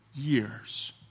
years